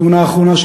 התאונה האחרונה,